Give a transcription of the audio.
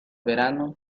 verano